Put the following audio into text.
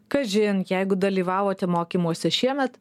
kažin jeigu dalyvavote mokymuose šiemet